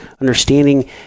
understanding